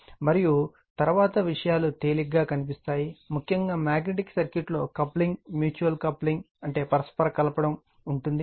మరియు తరువాత విషయాలు తేలికగా కనిపిస్తాయి ముఖ్యంగా మాగ్నెటిక్ సర్క్యూట్లో కప్లింగ్ మ్యూచ్యువల్ కప్లింగ్ పరస్పర కలపడం ఉంటుంది